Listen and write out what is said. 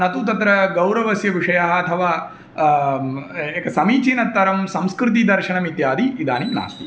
न तु तत्रगौरवस्य विषयः अथवा एकं समीचीनतरं संस्कृतेः दर्शनमित्यादि इदानीं नास्ति